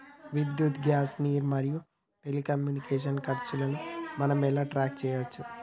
విద్యుత్ గ్యాస్ నీరు మరియు టెలికమ్యూనికేషన్ల ఖర్చులను మనం ఎలా ట్రాక్ చేయచ్చు?